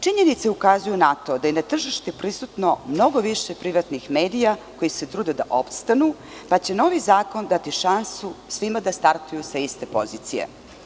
Činjenice ukazuju na to da je na tržištu prisutno mnogo više privatnih medija, koji se trude opstanu, pa će novi zakon dati šansu svima da startuju sa iste pozicije.